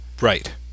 right